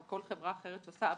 או כל חברה אחרת שעושה עבודה,